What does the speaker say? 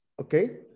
okay